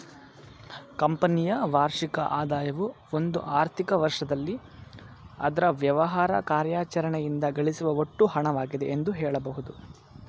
ಕಂಪನಿಯ ವಾರ್ಷಿಕ ಆದಾಯವು ಒಂದು ಆರ್ಥಿಕ ವರ್ಷದಲ್ಲಿ ಅದ್ರ ವ್ಯವಹಾರ ಕಾರ್ಯಾಚರಣೆಯಿಂದ ಗಳಿಸುವ ಒಟ್ಟು ಹಣವಾಗಿದೆ ಎಂದು ಹೇಳಬಹುದು